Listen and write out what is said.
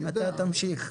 אתה תמשיך.